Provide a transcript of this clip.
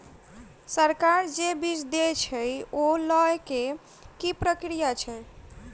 सरकार जे बीज देय छै ओ लय केँ की प्रक्रिया छै?